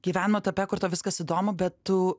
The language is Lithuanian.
gyvenimo etape kur tau viskas įdomu bet tu